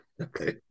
Okay